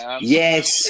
Yes